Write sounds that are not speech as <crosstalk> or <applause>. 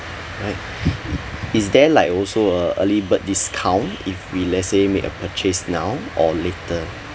alright <breath> it is there like also uh early bird discount if we let's say make a purchase now or later